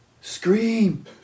Scream